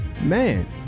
man